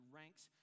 ranks